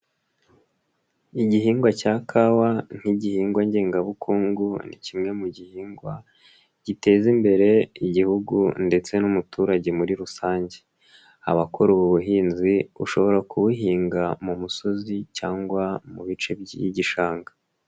Igihingwa cya kawa nk'igihingwa ngengabukungu ni kimwe mu gihingwa giteza imbere Igihugu ndetse n'umuturage muri rusange, abakora ubu buhinzi ushobora kubuhinga mu musozi cyangwa mu bice by'igishanga.